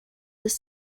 this